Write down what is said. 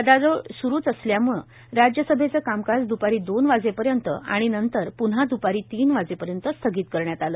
गदारोळ सुरूच असल्यामुळं सदनाचं कामकाज दुपारी दोन वाजेपर्यंत आणि नंतर पुव्हा दुपारी तीन वाजेपर्यंत स्थगित करण्यात आलं